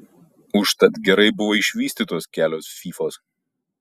užtat gerai buvo išvystytos kelios fyfos